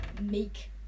make